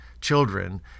children